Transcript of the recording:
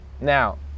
Now